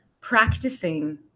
practicing